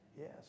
Yes